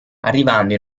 arrivando